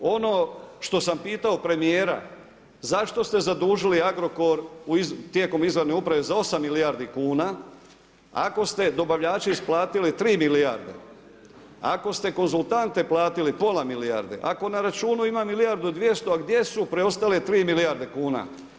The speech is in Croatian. Ono što sam pitao premijera zašto ste zadužili Agrokor tijekom izvanredne uprave za 8 milijardi kuna ako ste dobavljače isplatili 3 milijarde, ako ste konzultante platili pola milijarde, ako na računu ima milijardu 200, a gdje su preostale 3 milijarde kuna?